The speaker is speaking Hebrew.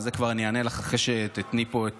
אבל על זה כבר אני אענה לך אחרי שתיתני פה את